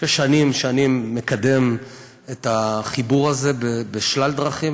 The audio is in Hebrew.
ששנים-שנים מקדם את החיבור הזה בשלל דרכים.